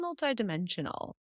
multidimensional